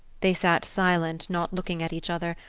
they sat silent, not looking at each other,